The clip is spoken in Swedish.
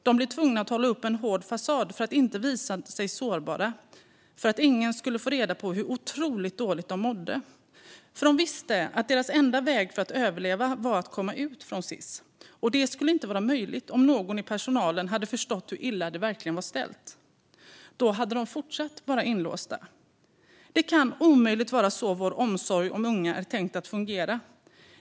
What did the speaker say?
De blev tvungna att hålla upp en hård fasad för att inte visa sig sårbara - för att ingen skulle få reda på hur otroligt dåligt de mådde. De visste att deras enda väg för att överleva var att komma ut från Sis, och det skulle inte vara möjligt om någon i personalen hade förstått hur illa det verkligen var ställt. Då hade de fortsatt att vara inlåsta. Det kan omöjligt vara så vår omsorg om unga är tänkt att fungera.